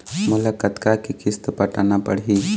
मोला कतका के किस्त पटाना पड़ही?